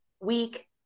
week